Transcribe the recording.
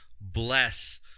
bless